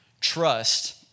trust